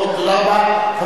טוב, תודה רבה.